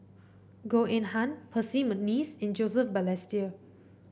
Goh Eng Han Percy McNeice and Joseph Balestier